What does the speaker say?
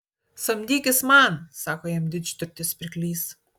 samdykis man sako jam didžturtis pirklys